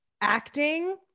acting